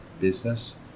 business